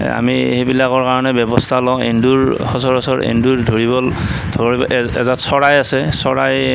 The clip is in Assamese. আমি সেইবিলাকৰ কাৰণে ব্যৱস্থা লওঁ এন্দুৰ সচৰাচৰ এন্দুৰ ধৰিব ধৰিব এজাক চৰাই আছে চৰাই